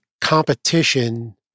competition